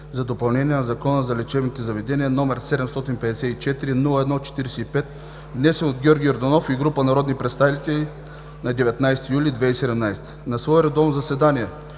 за допълнение на Закона за лечебните заведения, № 754-01-45, внесен от Георги Йорданов и група народни представители на 19 юли 2017 г. На свое редовно заседание,